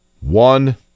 one